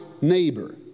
neighbor